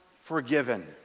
forgiven